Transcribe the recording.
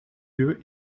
lieu